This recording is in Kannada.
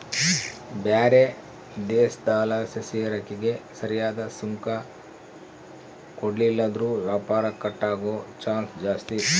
ಬ್ಯಾರೆ ದೇಶುದ್ಲಾಸಿಸರಕಿಗೆ ಸರಿಯಾದ್ ಸುಂಕ ಕೊಡ್ಲಿಲ್ಲುದ್ರ ವ್ಯಾಪಾರ ಕಟ್ ಆಗೋ ಚಾನ್ಸ್ ಜಾಸ್ತಿ